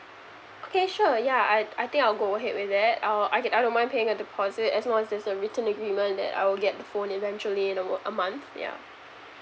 okay sure yeah I I think I'll go ahead with that uh I get I don't mind paying a deposit as long as there's a written agreement that I'll get the phone eventually in a mor~ a month yeah